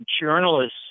journalists